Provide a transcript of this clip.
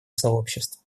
сообщества